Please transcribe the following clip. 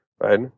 right